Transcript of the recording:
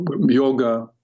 yoga